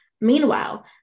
Meanwhile